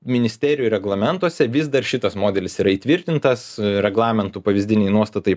ministerijų reglamentuose vis dar šitas modelis yra įtvirtintas reglamentų pavyzdiniai nuostatai